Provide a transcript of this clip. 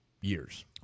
years